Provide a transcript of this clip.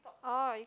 orh you